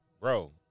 bro